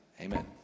amen